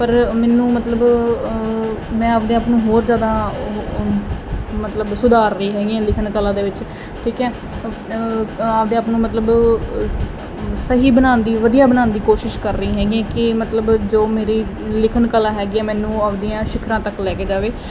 ਪਰ ਮੈਨੂੰ ਮਤਲਬ ਮੈਂ ਆਪਦੇ ਆਪ ਨੂੰ ਹੋਰ ਜਿਆਦਾ ਮਤਲਬ ਸੁਧਾਰ ਰਹੀ ਹੈਗੀ ਆਂ ਲਿਖਣ ਕਲਾ ਦੇ ਵਿੱਚ ਠੀਕ ਐ ਆਪਦੇ ਆਪ ਨੂੰ ਮਤਲਬ ਸਹੀ ਬਣਾਉਣ ਦੀ ਵਧੀਆ ਬਣਾਉਣ ਦੀ ਕੋਸ਼ਿਸ਼ ਕਰ ਰਹੀ ਹੈਗੀ ਕਿ ਮਤਲਬ ਜੋ ਮੇਰੀ ਲਿਖਣ ਕਲਾ ਹੈਗੀ ਆ ਮੈਨੂੰ ਆਪਦੀਆਂ ਸ਼ਿਖਰਾਂ ਤੱਕ ਲੈ ਕੇ ਜਾਵੇ